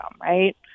right